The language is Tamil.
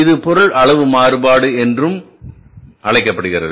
இது பொருள் அளவு மாறுபாடு என்றும் அழைக்கப்படுகிறது